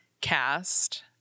cast